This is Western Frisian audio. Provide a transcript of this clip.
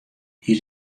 hie